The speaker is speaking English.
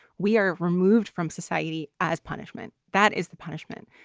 we are removed from society as punishment. that is the punishment.